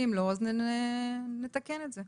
ואם לא, אז נתקן את זה.